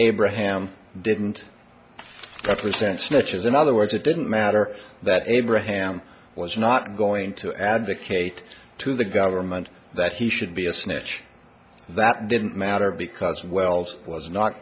abraham didn't represent snatches in other words it didn't matter that abraham was not going to advocate to the government that he should be a snitch that didn't matter because wells was not